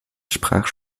sprach